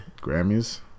Grammys